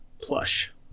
plush